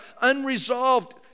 unresolved